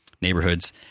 neighborhoods